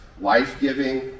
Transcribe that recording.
life-giving